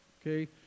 Okay